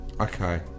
okay